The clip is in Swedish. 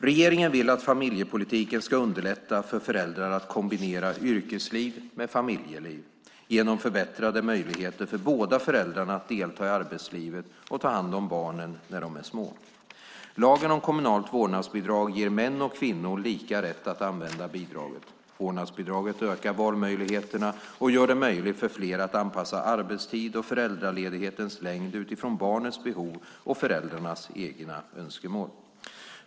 Regeringen vill att familjepolitiken ska underlätta för föräldrar att kombinera yrkesliv med familjeliv, genom förbättrade möjligheter för båda föräldrarna att delta i arbetslivet och ta hand om barnen när de är små. Lagen om kommunalt vårdnadsbidrag ger män och kvinnor lika rätt att använda bidraget. Vårdnadsbidraget ökar valmöjligheterna och gör det möjligt för fler att anpassa arbetstiden och föräldraledighetens längd utifrån barnets behov och föräldrarnas egna önskemål.